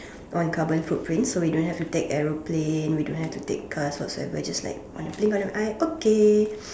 on carbon footprints so we don't have to take airplane we don't have to take car whatsoever on a blink of an eye okay